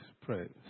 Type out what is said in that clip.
praise